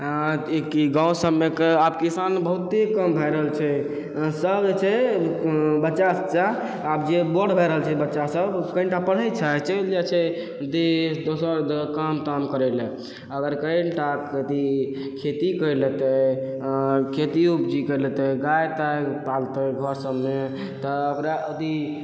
गाँव सबमे आब किसान बहुते कम भऽ रहल छै सब जे छै बच्चा तच्चा आब जे बड़ भऽ रहल छै बच्चा सब कनिटा पढ़ै छै चलि जाइ छै देश दोसर काम ताम करैलए अगर कनिटा खेती करि लेतै खेती उपजी करि लेतै गाए ताए पालतै घर सबमे तऽ ओकरा अथी